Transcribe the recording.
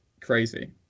crazy